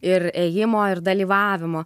ir ėjimo ir dalyvavimo